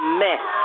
mess